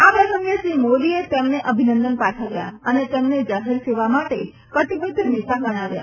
આ પ્રસંગે શ્રી મોદીએ તેમને અભિનંદન પાઠવ્યા અને તેમને જાહેર સેવા માટે કટિબદ્ધ નેતા ગણાવ્યા